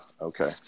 okay